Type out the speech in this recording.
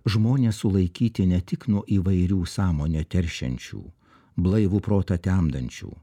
žmones sulaikyti ne tik nuo įvairių sąmonę teršiančių blaivų protą temdančių